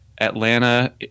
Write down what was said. Atlanta